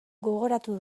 gogoratu